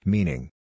Meaning